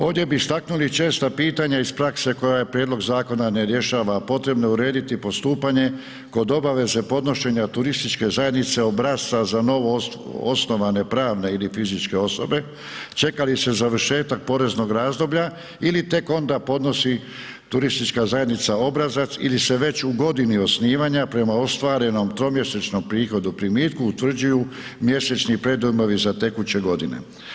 Ovdje bi istaknuli česta pitanja iz prakse koja prijedlog zakona ne rješava, a potrebo je urediti postupanje kod obaveze podnošenja turističke zajednice obrasca za novoosnovane pravne ili fizičke osobe, čeka li se završetak poreznog razdoblja ili tek onda podnosi turistička zajednica obrazac ili se već u godini osnivanja prema ostvarenom tromjesečnom prihodu, primitku utvrđuju mjesečni predujmovi za tekuće godine.